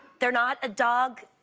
they're not a dog.